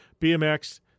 BMX